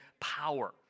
power